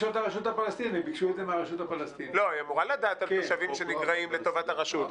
היא אמורה לדעת על תושבים שנגרעים לטובת הרשות.